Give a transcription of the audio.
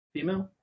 Female